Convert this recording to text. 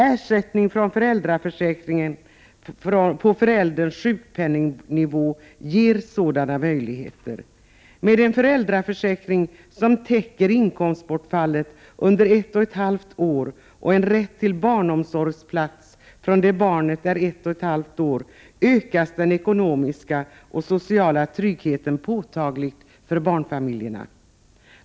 Ersättning från föräldraförsäkringen på förälderns sjukpenningnivå ger sådana möjligheter. Med en föräldraförsäkring som täcker inkomstbortfallet under ett och ett halvt år och en rätt till barnomsorgsplats från det barnet är ett och ett halvt år ökas den ekonomiska och sociala tryggheten påtagligt för barnfamiljerna.